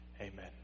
Amen